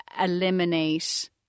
eliminate